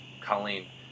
Colleen